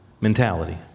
mentality